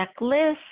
checklist